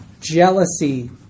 Jealousy